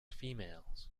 females